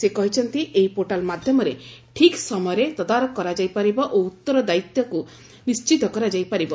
ସେ କହିଛନ୍ତି ଏହି ପୋର୍ଟାଲ୍ ମାଧ୍ୟମରେ ଠିକ୍ ସମୟରେ ତଦାରଖ କରାଯାଇପାରିବ ଓ ଉତ୍ତରଦାୟିତାକୁ ନିଣ୍ଠିତ କରାଯାଇପାରିବ